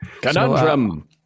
Conundrum